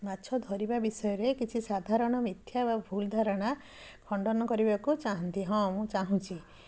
ମାଛ ଧରିବା ବିଷୟରେ କିଛି ସାଧାରଣ ମିଥ୍ୟା ବା ଭୁଲଧାରଣା ଖଣ୍ଡନ କରିବାକୁ ଚାହାଁନ୍ତି ହଁ ମୁଁ ଚାହୁଁଛି